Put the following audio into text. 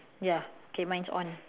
ya okay mine is on